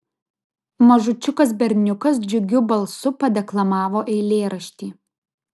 mažučiukas berniukas džiugiu balsu padeklamavo eilėraštį